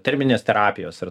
terminės terapijos ir